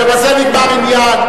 ובזה נגמר עניין.